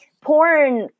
porn